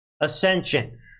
Ascension